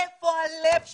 איפה הלב שלכם?